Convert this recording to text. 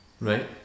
right